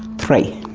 three.